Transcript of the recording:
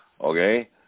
Okay